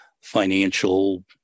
financial